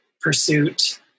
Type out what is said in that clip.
pursuit